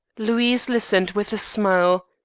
louise listened with a smile.